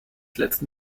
letzten